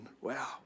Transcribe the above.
Wow